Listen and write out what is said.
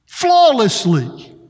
flawlessly